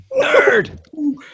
Nerd